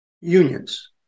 unions